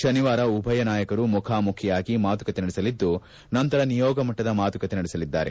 ಶನಿವಾರ ಉಭಯ ನಾಯಕರು ಮುಖಾಮುಖಿಯಾಗಿ ಮಾತುಕತೆ ನಡೆಸಲಿದ್ದು ನಂತರ ನಿಯೋಗ ಮಟ್ಟದ ಮಾತುಕತೆ ನಡೆಸಲಿದ್ದಾರೆ